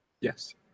Yes